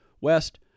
West